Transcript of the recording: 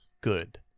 Good